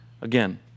again